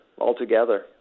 altogether